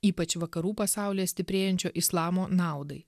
ypač vakarų pasaulyje stiprėjančio islamo naudai